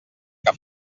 que